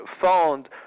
found